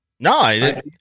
No